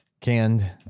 canned